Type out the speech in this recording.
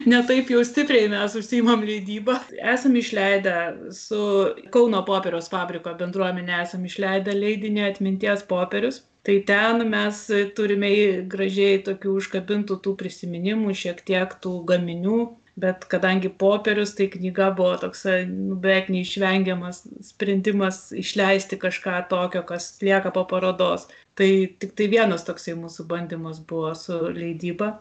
ne taip jau stipriai mes užsiimame leidyba esam išleidę su kauno popieriaus fabriko bendruomene esam išleidę leidinį atminties popierius tai ten mes turime jį gražiai tokių užkabintų tų prisiminimų šiek tiek tų gaminių bet kadangi popierius tai knyga buvo toksai beveik neišvengiamas sprendimas išleisti kažką tokio kas lieka po parodos tai tiktai vienas toksai mūsų bandymas buvo su leidyba